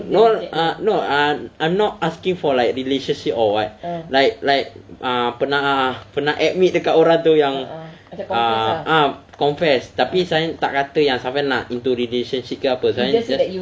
no ah no ah I'm not asking for like relationship or what like err pernah admit dekat orang tu yang uh ah confess tapi safian tak kata safian nak into relationship ke apa safian just